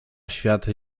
świat